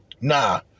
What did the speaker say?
Nah